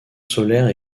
solaires